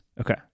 Okay